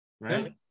right